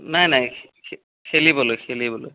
নাই নাই খেলিবলৈ খেলিবলৈ